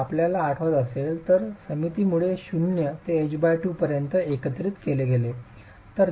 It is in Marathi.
जर आपल्याला आठवत असेल तर सममितीमुळे 0 ते h 2 पर्यंत एकत्रीकरण केले होते